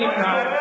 מי מגדיר?